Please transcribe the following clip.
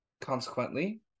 consequently